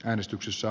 äänestyksessä